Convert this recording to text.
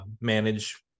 manage